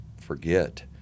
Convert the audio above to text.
forget